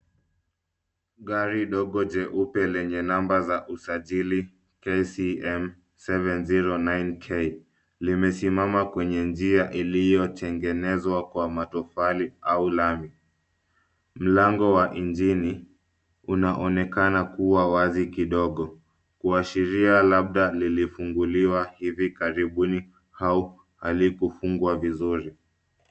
Gari dogo jeupe lenye namba za usajili KCM 709K limesimama kwenye njia iliyotengenezwa kwa matofali au lami. Mlango wa injini unaonekana kuwa wazi kidogo kuashiria labda lilifunguliwa hivi karibuni au halikufungwa vizuri.